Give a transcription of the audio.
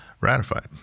ratified